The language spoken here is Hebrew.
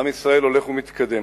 עם ישראל הולך ומתקדם.